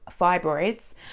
fibroids